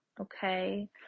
okay